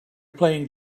playing